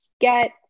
get